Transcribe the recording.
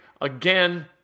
again